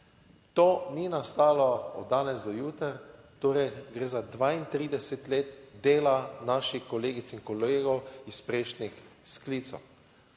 To ni nastalo od danes do jutri, torej gre za 32 let dela naših kolegic in kolegov iz prejšnjih sklicev.